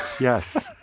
yes